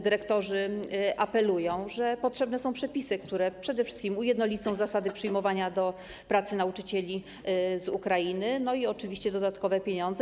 Dyrektorzy więc apelują: potrzebne są przepisy, które przede wszystkim ujednolicą zasady przyjmowania do pracy nauczycieli z Ukrainy, i oczywiście dodatkowe pieniądze.